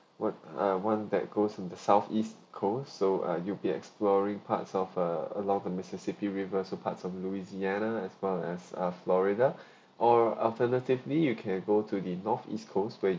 what ah one that goes in the south east coast so uh you'd be exploring parts of uh along the mississippi river so parts of louisiana as well as ah florida or alternatively you can go to the north east coast where